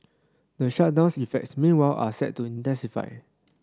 the shutdown's effects meanwhile are set to intensify